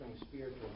spiritual